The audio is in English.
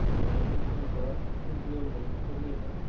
glancing from buck to jil-lee to menlik.